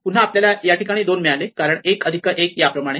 पुन्हा आपल्याला या ठिकाणी 2 मिळाले कारण 1 अधिक 1 याप्रमाणे